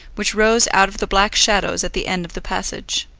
which rose out of the black shadows at the end of the passage.